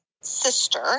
sister